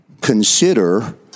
consider